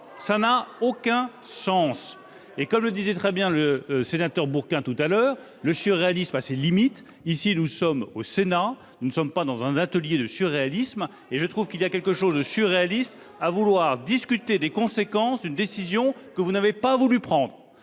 pas cohérent ! Comme le disait très bien le sénateur Bourquin, le surréalisme a ses limites. Nous sommes au Sénat, pas dans un atelier de surréalisme ! Et je trouve qu'il y a quelque chose d'étrange à vouloir discuter des conséquences d'une décision que vous n'avez pas voulu prendre.